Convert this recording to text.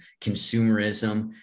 consumerism